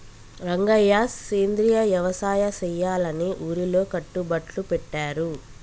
రంగయ్య సెంద్రియ యవసాయ సెయ్యాలని ఊరిలో కట్టుబట్లు పెట్టారు